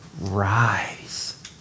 rise